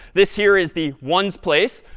this here is the ones place,